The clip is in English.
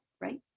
right